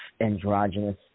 androgynous